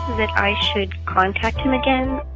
that i should contact him again.